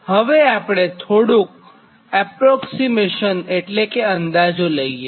હવે આપણે થોડુંક અપ્રોક્સીમેશન એટલે કે અંદાજો લઇએ